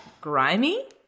grimy